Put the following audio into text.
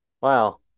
Wow